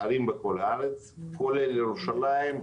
וערים בכל הארץ כולל ירושלים.